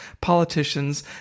politicians